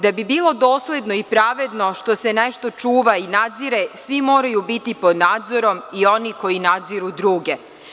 Da bi bilo dosledno i pravedno što se nešto čuva i nadzire, svi moraju biti pod nadzorom i oni koji nadziru druge.